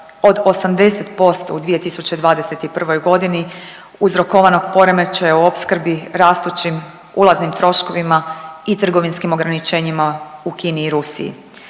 od 80% u 2021. g. uzrokovanog poremećajem u opskrbi rastućim ulaznim troškovima i trgovinskim ograničenjima u Kini i Rusiji.